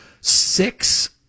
Six